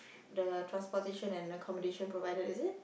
the transportation and accommodation provided is it